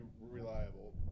reliable